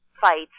fights